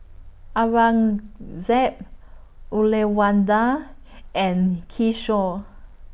Aurangzeb Uyyalawada and Kishore